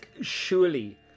surely